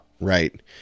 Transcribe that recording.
right